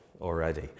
already